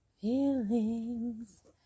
feelings